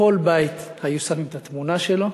בכל בית היו שמים את התמונה שלו,